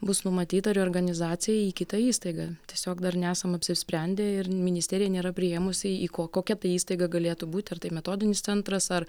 bus numatyta reorganizacija į kitą įstaigą tiesiog dar nesam apsisprendę ir ministerija nėra priėmusi į ko kokia ta įstaiga galėtų būt ar tai metodinis centras ar